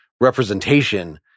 representation